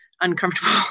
uncomfortable